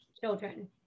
children